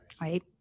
Right